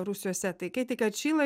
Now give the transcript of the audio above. rūsiuose tai kai tik atšyla